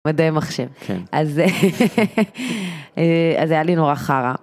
מדעי מחשב, כן, אז... אז היה לי נורא חרא.